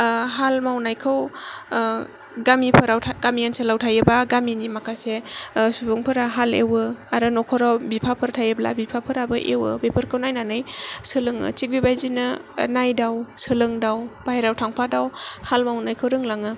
हाल मावनायखौ गामिफाराव गामि ओनसोलाव थायोबा गामिनि माखासे सुबुंफोरा हाल एवो आरो नखराव बिफाफोर थायोब्ला बिफाफोराबो एवो बेफोरखौ नायनानै सोलोङो थिख बेबादिनो नायदाव सोलोंदाव बाहेरायाव थांफादाव हाल मावनायखौ रोंलाङो